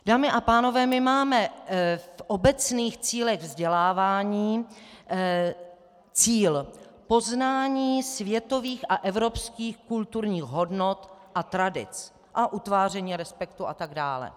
Dámy a pánové, my máme v obecných cílech vzdělávání cíl poznání světových a evropských kulturních hodnot a tradic a utváření respektu a tak dále.